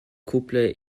couple